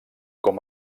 com